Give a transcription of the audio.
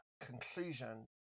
conclusion